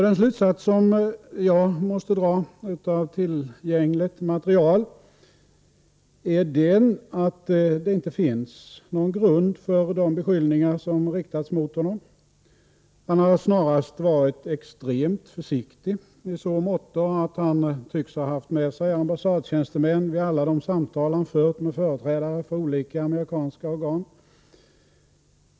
Den slutsats som jag måste dra av tillgängligt material är att det inte finns någon grund för de beskyllningar som riktats mot honom. Han har snarast varit extremt försiktig i så måtto att han tycks ha haft med sig ambassadtjänstemän vid alla de samtal han fört med företrädare för olika amerikanska organ.